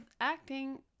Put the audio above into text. acting